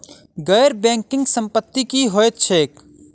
गैर बैंकिंग संपति की होइत छैक?